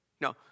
No